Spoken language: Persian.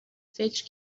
فکر